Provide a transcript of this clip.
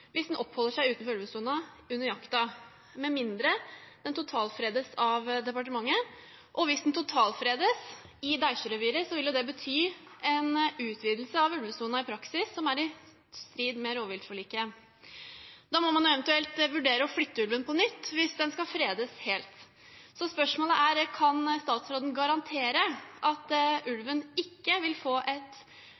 hvis den oppholder seg utenfor ulvesonen under jakten, med mindre den totalfredes av departementet. Og hvis den totalfredes i Deisjøreviret, vil jo det bety en utvidelse av ulvesonen som i praksis er i strid med rovviltforliket. Da må man eventuelt vurdere å flytte ulven på nytt hvis den skal fredes helt. Spørsmålet er: Kan statsråden garantere at